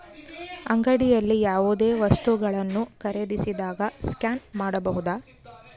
ಅಂಗಡಿಯಲ್ಲಿ ಯಾವುದೇ ವಸ್ತುಗಳನ್ನು ಖರೇದಿಸಿದಾಗ ಸ್ಕ್ಯಾನ್ ಮಾಡಬಹುದಾ?